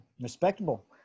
respectable